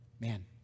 Man